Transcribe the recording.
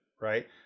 Right